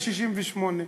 ב-1968.